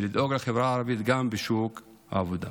ולדאוג לחברה הערבית גם בשוק העבודה.